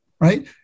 right